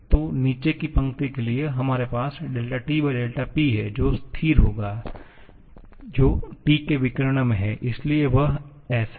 तो नीचे की पंक्ति के लिए हमारे पास TP है जो स्थिर होगा जो Tके विकर्ण में है इसलिए वह s है